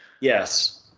Yes